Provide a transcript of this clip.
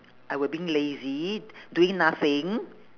I were being lazy doing nothing